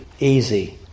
easy